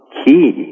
key